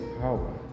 power